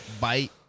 bite